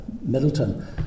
Middleton